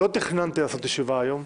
לא תכננתי לקיים ישיבה היום,